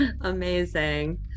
Amazing